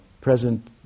present